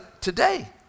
today